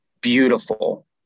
beautiful